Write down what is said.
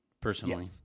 personally